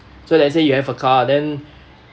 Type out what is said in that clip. so let's say you have a car then